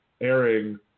airing